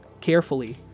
carefully